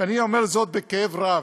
ואני אומר זאת בכאב רב,